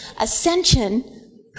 Ascension